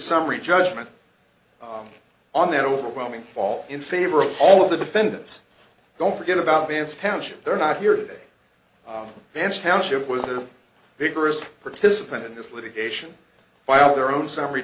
summary judgment on the overwhelming fall in favor of all of the defendants don't forget about vance township they're not here today vance township was a vigorous participant in this litigation filed their own summary